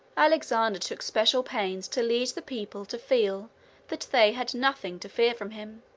alexander took special pains to lead the people to feel that they had nothing to fear from him.